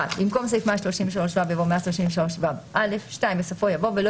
(1) במקום סעיף "133ו" יבוא "סעיף 133ו(א)" (2) בסופו יבוא "ולא